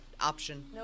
option